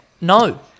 No